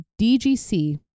DGC